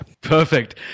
Perfect